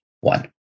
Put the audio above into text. one